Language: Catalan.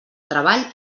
treball